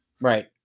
right